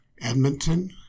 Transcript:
Edmonton